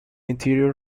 interior